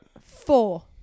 Four